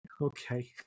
okay